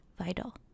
vital